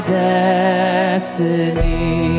destiny